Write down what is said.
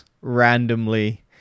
randomly